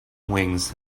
wings